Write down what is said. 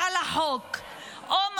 אז הינה,